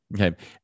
Okay